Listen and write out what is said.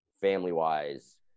family-wise